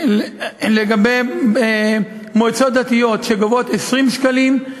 לגבי מועצות דתיות שגובות 20 שקלים,